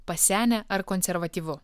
pasenę ar konservatyvu